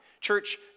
Church